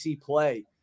play